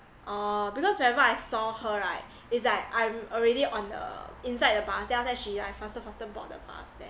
oh because wherever I saw her right is like I'm already on the inside the bus then after that she like faster faster board the bus then